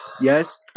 Yes